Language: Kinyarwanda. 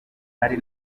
nari